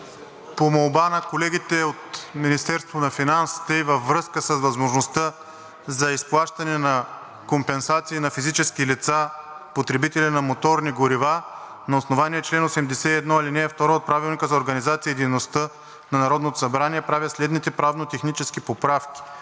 на финансите и във връзка с възможността за изплащане на компенсации на физически лица, потребители на моторни горива, на основание чл. 81, ал. 2 от Правилника за организацията и дейността на Народното събрание правя следните правно-технически поправки.